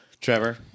Trevor